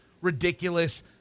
ridiculous